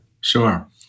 Sure